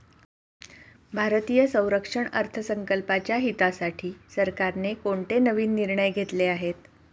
भारतीय संरक्षण अर्थसंकल्पाच्या हितासाठी सरकारने कोणते नवीन निर्णय घेतले आहेत?